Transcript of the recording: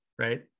right